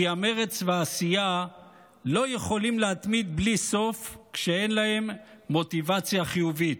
כי המרץ והעשייה לא יכולים להתמיד בלי סוף כשאין להם מוטיבציה חיובית,